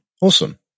Awesome